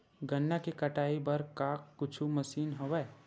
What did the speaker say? गन्ना के कटाई बर का कुछु मशीन हवय?